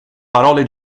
parole